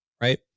right